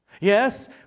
Yes